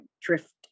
drift